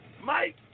Mike